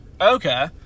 Okay